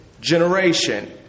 generation